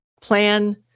plan